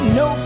no